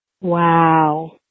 Wow